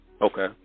Okay